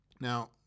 now